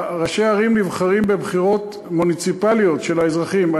ראשי ערים נבחרים בבחירות מוניציפליות של האזרחים.